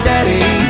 Daddy